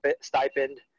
stipend